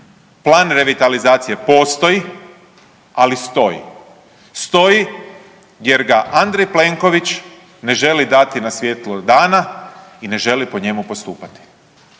Plan revitalizacije postoji, ali stoji, stoji jer ga Andrej Plenković ne želi dati na svjetlo dana i ne želi po njemu postupati.